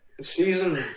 Season